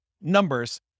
numbers